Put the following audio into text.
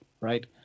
right